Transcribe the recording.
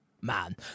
Man